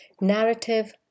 narrative